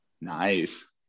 Nice